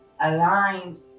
aligned